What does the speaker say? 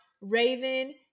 Raven